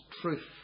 truth